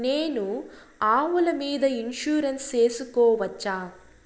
నేను ఆవుల మీద ఇన్సూరెన్సు సేసుకోవచ్చా?